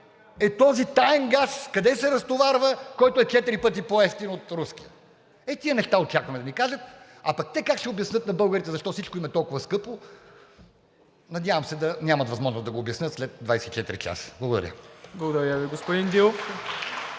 е този таен газ, къде се разтоварва и който е четири пъти по-евтин от руския? Ето тези неща очакваме да ни кажат. А пък те как ще обяснят на българите защо всичко им е толкова скъпо… Надявам се да нямат възможност да го обясняват след 24 часа. Благодаря. ПРЕДСЕДАТЕЛ